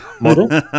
model